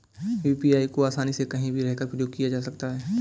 UPI को आसानी से कहीं भी रहकर प्रयोग किया जा सकता है